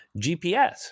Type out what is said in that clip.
GPS